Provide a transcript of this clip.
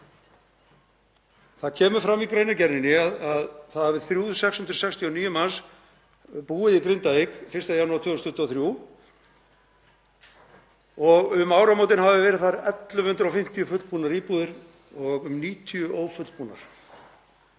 Það kemur fram í greinargerðinni að það hafi 3.669 manns búið í Grindavík 1. janúar 2023 og um áramótin hafi verið þar 1.150 fullbúnar íbúðir og um 90 ófullkomnar.